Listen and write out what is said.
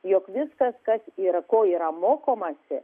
jog viskas kas yra ko yra mokomasi